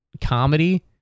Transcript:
comedy